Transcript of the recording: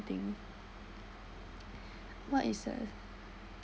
thing what it says